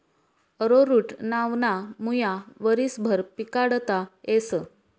arrowroot नावना मुया वरीसभर पिकाडता येस